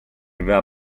aveva